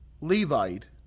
Levite